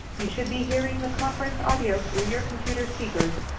you should be hearing the conference audio through your computer speakers.